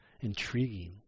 intriguing